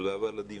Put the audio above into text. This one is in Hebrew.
תודה רבה על הדיון.